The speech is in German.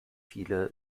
viele